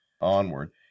onward